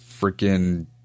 freaking